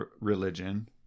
religion